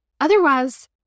Otherwise